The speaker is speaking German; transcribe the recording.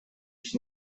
ich